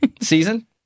Season